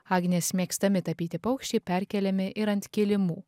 agnės mėgstami tapyti paukščiai perkeliami ir ant kilimų